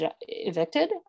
evicted